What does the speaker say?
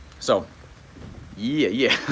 so yeah yeah. ah,